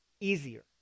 easier